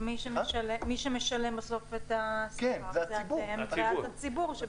מי שמשלם בסוף את השכר זה אתם ואז הציבור.